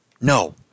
No